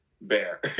bear